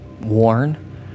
worn